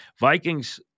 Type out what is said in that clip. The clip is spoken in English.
Vikings